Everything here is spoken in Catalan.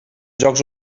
jocs